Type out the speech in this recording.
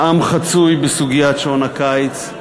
שהעם חצוי בסוגיית שעון הקיץ.